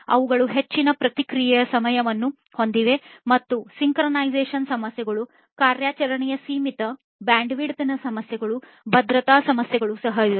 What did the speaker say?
ಅವುಗಳು ಹೆಚ್ಚಿನ ಪ್ರತಿಕ್ರಿಯೆಯ ಸಮಯವನ್ನು ಹೊಂದಿವೆ ಮತ್ತು ಸಿಂಕ್ರೊನೈಸೇಶನ್ ಸಮಸ್ಯೆಗಳು ಕಾರ್ಯಾಚರಣೆಯ ಸೀಮಿತ ಬ್ಯಾಂಡ್ವಿಡ್ತ್ನ ಸಮಸ್ಯೆಗಳು ಭದ್ರತಾ ಸಮಸ್ಯೆಗಳು ಸಹ ಇವೆ